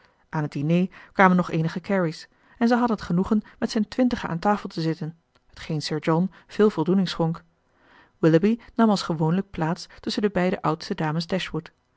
aan het diner kwamen nog eenige carey's en zij hadden het genoegen met zijn twintigen aan tafel te zitten t geen sir john veel voldoening schonk willoughby nam als gewoonlijk plaats tusschen de beide oudste dames